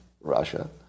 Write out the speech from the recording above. Russia